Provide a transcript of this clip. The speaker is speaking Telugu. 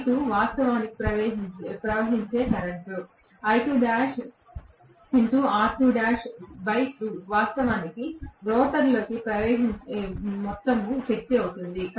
I2 వాస్తవానికి ప్రవహించే కరెంట్ వాస్తవానికి రోటర్లోకి ప్రవేశించే మొత్తం శక్తి అవుతుంది